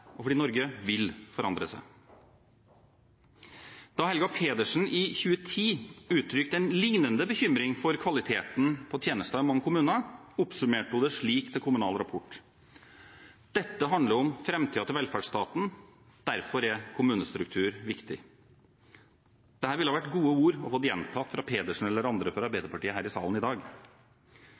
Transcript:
og fordi Norge vil forandre seg. Da Helga Pedersen i 2010 uttrykte en lignende bekymring for kvaliteten på tjenestene i mange kommuner, oppsummerte hun det slik til Kommunal Rapport: «Dette handler om framtiden til velferdsstaten. Derfor er kommunestruktur viktig.» Dette ville vært gode ord å få gjentatt fra Pedersen eller andre fra Arbeiderpartiet her i salen i dag.